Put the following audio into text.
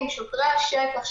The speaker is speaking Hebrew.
שוטרי השטח,